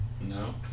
No